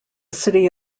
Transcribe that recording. city